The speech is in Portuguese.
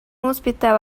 hospital